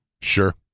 Sure